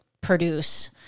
produce